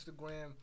Instagram